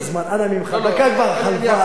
דקה כבר חלפה על הצרידות הזאת.